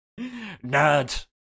Nerd